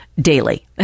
daily